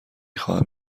خواهم